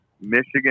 Michigan